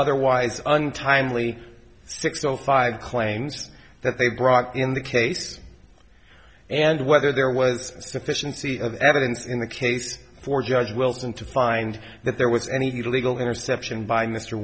otherwise untimely six o five claims that they brought in the case and whether there was a sufficiency of evidence in the case for judge wilton to find that there was any legal interception by mr